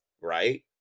right